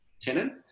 tenant